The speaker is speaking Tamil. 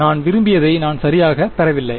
எனவே நான் விரும்பியதை நான் சரியாகப் பெறவில்லை